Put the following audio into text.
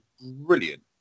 brilliant